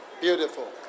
Beautiful